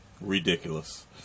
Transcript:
Ridiculous